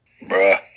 Bruh